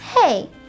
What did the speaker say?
Hey